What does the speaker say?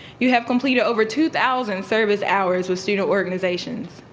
you have completed over two thousand service hours with student organizations.